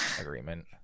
agreement